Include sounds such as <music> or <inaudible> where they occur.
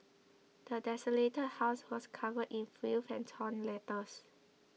<noise> the desolated house was covered in filth and torn letters